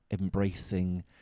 embracing